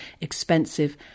expensive